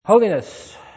Holiness